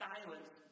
Silence